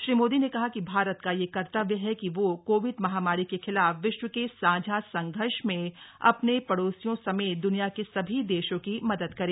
श्री मोदी ने कहा कि भारत का यह कर्तव्य है कि वह कोविड महामारी के खिलाफ विश्व के साझा संघर्ष में अपने पडोसियों समेत द्निया के सभी देशों की मदद करे